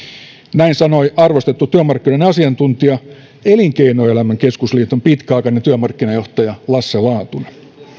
näin sanoi arvostettu työmarkkinoiden asiantuntija elinkeinoelämän keskusliiton pitkäaikainen työmarkkinajohtaja lasse laatunen